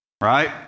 right